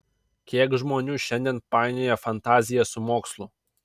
kiek žmonių šiandien painioja fantaziją su mokslu